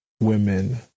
women